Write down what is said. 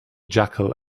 jackal